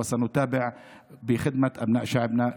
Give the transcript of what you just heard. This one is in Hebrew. ואנחנו נמשיך לשרת את בני העם שלנו.